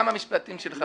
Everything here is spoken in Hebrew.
גם המשפטים שלך,